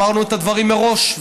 אמרנו את הדברים מראש,